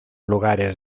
lugares